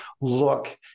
look